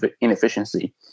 inefficiency